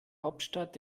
hauptstadt